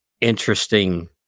interesting